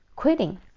quitting